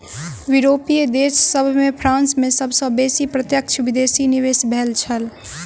यूरोपीय देश सभ में फ्रांस में सब सॅ बेसी प्रत्यक्ष विदेशी निवेश भेल छल